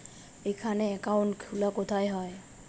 এখানে অ্যাকাউন্ট খোলা কোথায় হয়?